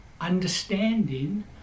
understanding